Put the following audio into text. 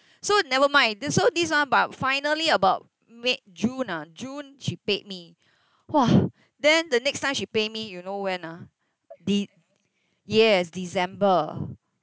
so nevermind this so this one about finally about mid June ah june she paid me !wah! then the next time she pay me you know when ah de~ yes december